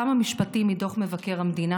כמה משפטים מדוח מבקר המדינה,